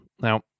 Now